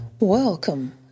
Welcome